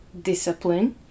discipline (